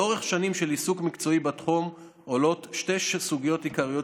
לאורך שנים של עיסוק מקצועי בתחום עולות שתי סוגיות עיקריות